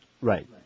Right